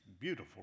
beautiful